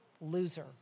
loser